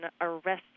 arrested